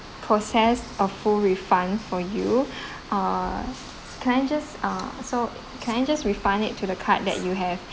process a full refund for you ah can I just uh so can I just refund it to the card that you have